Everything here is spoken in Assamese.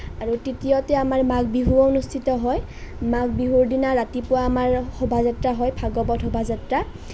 আৰু তৃতীয়তে আমাৰ মাঘ বিহু অনুষ্ঠিত হয় মাঘ বিহুৰ দিনা ৰাতিপুৱা আমাৰ শোভাযাত্ৰা হয় ভাগৱত শোভাযাত্ৰা